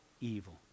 evil